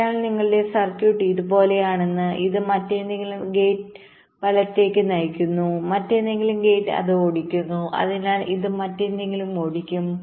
അതിനാൽ നിങ്ങളുടെ സർക്യൂട്ട് ഇതുപോലെയാണ് ഇത് മറ്റേതെങ്കിലും ഗേറ്റ് വലത്തേക്ക് നയിക്കുന്നു മറ്റേതെങ്കിലും ഗേറ്റ് അത് ഓടിക്കുന്നു അതിനാൽ ഇത് മറ്റെന്തെങ്കിലും ഓടിക്കും